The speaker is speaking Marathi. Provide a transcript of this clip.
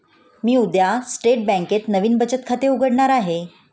मी उद्या स्टेट बँकेत नवीन बचत खाते उघडणार आहे